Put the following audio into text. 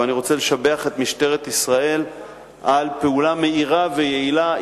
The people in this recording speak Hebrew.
ואני רוצה לשבח את משטרת ישראל על פעולה מהירה ויעילה.